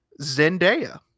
Zendaya